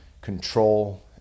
control